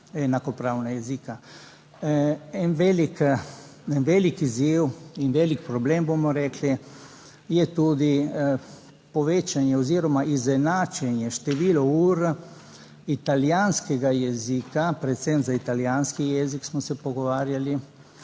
enakopravna jezika. En velik, velik izziv in velik problem, bomo rekli, je tudi povečanje oziroma izenačenje število ur italijanskega jezika, predvsem za italijanski jezik smo se pogovarjali,